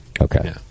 Okay